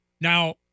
Now